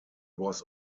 was